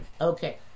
Okay